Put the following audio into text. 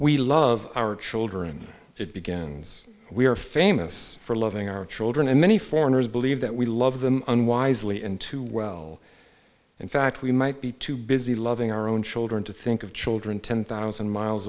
we love our children it begins we are famous for loving our children and many foreigners believe that we love them unwisely and too well in fact we might be too busy loving our own children to think of children ten thousand miles